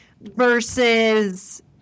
versus